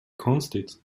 konstigt